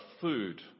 food